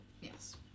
Yes